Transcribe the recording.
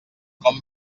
com